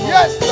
Yes